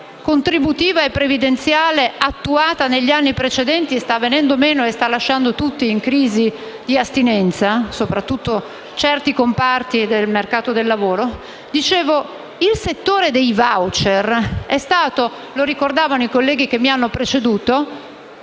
Il settore dei *voucher* - lo hanno ricordato i colleghi che mi hanno preceduto